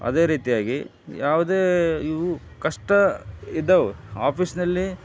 ಅದೇ ರೀತಿಯಾಗಿ ಯಾವುದೇ ಇವು ಕಷ್ಟ ಇದ್ದವೆ ಆಫೀಸ್ನಲ್ಲಿ